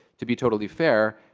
to be totally fair,